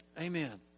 Amen